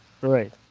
Right